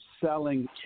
selling